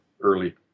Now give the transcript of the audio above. early